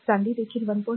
चांदी देखील 1